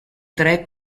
tre